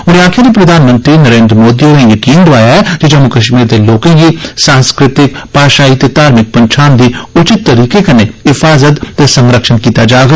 उनें आखेआ जे प्रधानमंत्री नरेन्द्र मोदी होरें यकीन दोआया ऐ जे जम्मू कश्मीर दे लोकें दी सांस्कृतिक भाषाई ते धार्मिक पन्छान दी उचित तरीके कन्नै हिफाज़त ते संरक्षण कीता जाग